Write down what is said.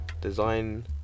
design